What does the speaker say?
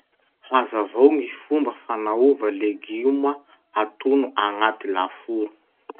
Hazavao gny fomba fanaova legioma atono agnaty laforo.